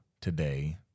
today